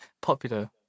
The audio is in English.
popular